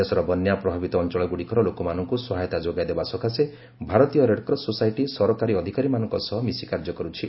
ଦେଶର ବନ୍ୟା ପ୍ରଭାବିତ ଅଞ୍ଚଳଗୁଡ଼ିକର ଲୋକମାନଙ୍କୁ ସହାୟତା ଯୋଗାଇଦେବା ସକାଶେ ଭାରତୀୟ ରେଡ୍କ୍ରସ୍ ସୋସାଇଟି ସରକାରୀ ଅଧିକାରୀମାନଙ୍କ ସହ ମିଶି କାର୍ଯ୍ୟ କର୍ରଛି